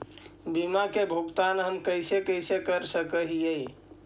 बीमा के भुगतान हम कैसे कैसे कर सक हिय?